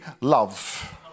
love